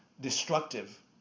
destructive